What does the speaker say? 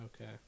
Okay